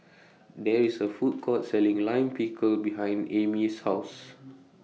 There IS A Food Court Selling Lime Pickle behind Aimee's House